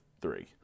three